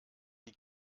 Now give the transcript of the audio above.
die